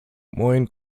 moin